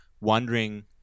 wondering